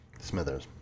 Smithers